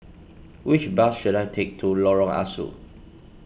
which bus should I take to Lorong Ah Soo